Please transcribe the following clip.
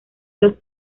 los